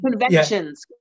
conventions